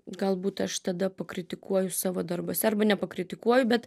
galbūt aš tada pakritikuoju savo darbuose arba ne pakritikuoju bet